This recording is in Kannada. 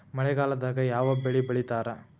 ಮಳೆಗಾಲದಾಗ ಯಾವ ಬೆಳಿ ಬೆಳಿತಾರ?